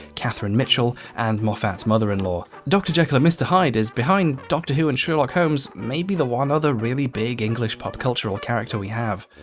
catherine mitchell, and moffat's mother-in-law. dr jekyll, mr hyde is behind doctor who and sherlock holmes. maybe the one other really big english pop cultural character we have.